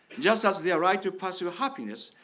just as their right to pursue happiness,